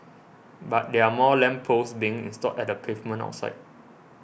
but there are more lamp posts being installed at the pavement outside